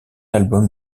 album